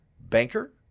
banker